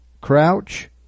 crouch